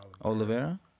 Oliveira